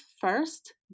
first